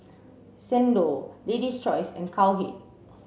Xndo Lady's Choice and Cowhead